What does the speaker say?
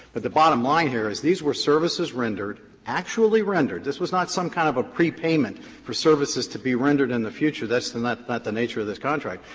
but the bottom line here is these were services rendered, actually rendered. this was not some kind of a prepayment for services to be rendered in the future. that's not but the nature of this contract.